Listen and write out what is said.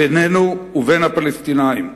בינינו ובין הפלסטינים.